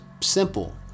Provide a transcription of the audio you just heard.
simple